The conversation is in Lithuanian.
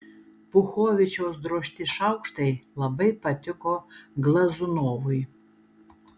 puchovičiaus drožti šaukštai labai patiko glazunovui